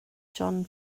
john